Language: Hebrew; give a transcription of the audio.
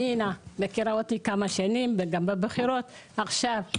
פנינה מכירה אותי כמה שנים בוועדות אחרות.